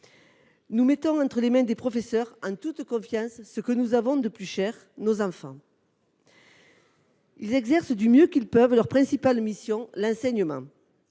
Nous mettons entre les mains des professeurs, en toute confiance, ce que nous avons de plus cher : nos enfants. Ils exercent du mieux qu’ils peuvent leur principale mission, l’enseignement,